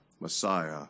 Messiah